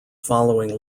following